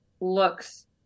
looks